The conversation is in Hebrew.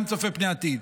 גם צופה פני עתיד.